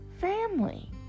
family